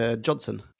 Johnson